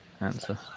answer